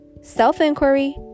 self-inquiry